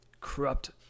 corrupt